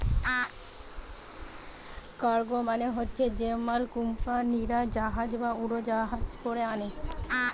cargo মানে হচ্ছে যে মাল কুম্পানিরা জাহাজ বা উড়োজাহাজে কোরে আনে